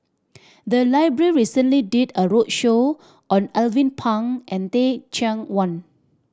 the library recently did a roadshow on Alvin Pang and Teh Cheang Wan